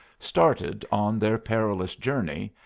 started on their perilous journey,